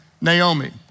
Naomi